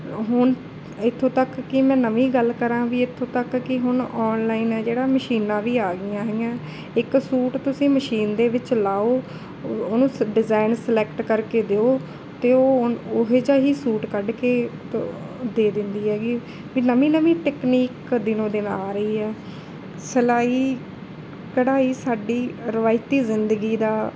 ਹੁਣ ਇੱਥੋਂ ਤੱਕ ਕਿ ਮੈਂ ਨਵੀਂ ਗੱਲ ਕਰਾਂ ਵੀ ਇੱਥੋਂ ਤੱਕ ਕਿ ਹੁਣ ਔਨਲਾਈਨ ਹੈ ਜਿਹੜਾ ਮਸ਼ੀਨਾਂ ਵੀ ਆ ਗਈਆਂ ਹੈਗੀਆਂ ਇੱਕ ਸੂਟ ਤੁਸੀਂ ਮਸ਼ੀਨ ਦੇ ਵਿੱਚ ਲਾਓ ਉਹਨੂੰ ਡਿਜ਼ਾਇਨ ਸਿਲੈਕਟ ਕਰਕੇ ਦਿਓ ਅਤੇ ਉਹ ਉਹ ਹੀ ਜਿਹਾ ਹੀ ਸੂਟ ਕੱਢ ਕੇ ਤੋ ਦੇ ਦਿੰਦੀ ਹੈਗੀ ਵੀ ਨਵੀਂ ਨਵੀਂ ਟੈਕਨੀਕ ਦਿਨੋਂ ਦਿਨ ਆ ਰਹੀ ਹੈ ਸਿਲਾਈ ਕਢਾਈ ਸਾਡੀ ਰਵਾਇਤੀ ਜ਼ਿੰਦਗੀ ਦਾ